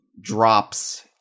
drops